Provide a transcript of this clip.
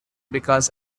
because